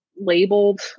labeled